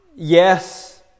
Yes